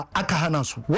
akahanasu